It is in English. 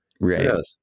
Right